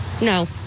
No